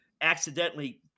accidentally